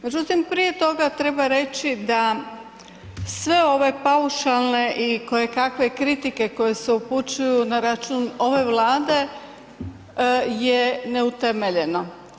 Međutim, prije toga treba reći da sve ove paušalne i kojekakve kritike koje se upućuju na račun ove Vlade je neutemeljeno.